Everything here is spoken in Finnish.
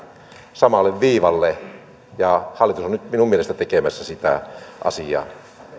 samalle viivalle ja hallitus on nyt minun mielestäni tekemässä sitä asiaa